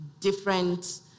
different